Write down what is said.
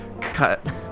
cut